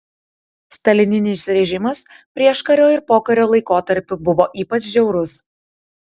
stalininis režimas prieškario ir pokario laikotarpiu buvo ypač žiaurus